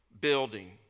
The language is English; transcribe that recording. building